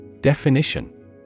Definition